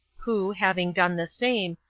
who, having done the same,